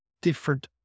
different